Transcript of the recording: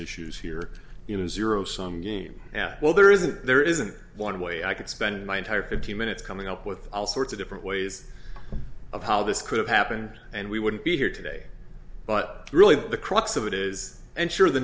issues here in a zero sum game yeah well there isn't there isn't one way i could spend my entire fifteen minutes coming up with all sorts of different ways of how this could have happened and we wouldn't be here today but really the crux of it is and sure the